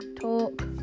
Talk